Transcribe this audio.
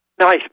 Nice